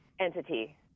entity